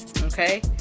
okay